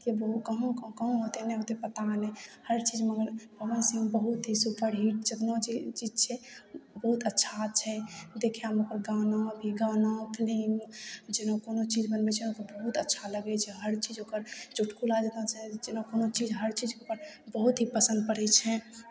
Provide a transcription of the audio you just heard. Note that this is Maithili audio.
कि कहुँ कहुँ होतै नहि होतै पता नहि हर चीज मगर पवन सिंह बहुत ही सुपरहिट एखनहु जे ई चीज छै बहुत अच्छा छै देखेमे ओकर गाना गाना फिलिम जेना कोनो चीज बनबै छै ओकर बहुत अच्छा लागै छै हर चीज ओकर चुटकुला जकाँ जेना कोनो चीज हर चीज ओकर बहुत ही पसन्द पड़ै छै